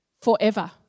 forever